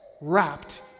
wrapped